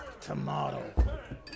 Tomorrow